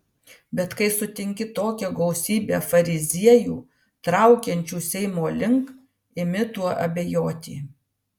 bet kai sutinki tokią gausybę fariziejų traukiančių seimo link imi tuo abejoti